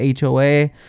HOA